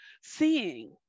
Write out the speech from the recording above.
seeing